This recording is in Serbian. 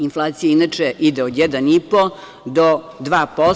Inflacija inače ide od 1,5 do 2%